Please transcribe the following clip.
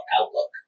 Outlook